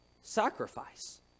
sacrifice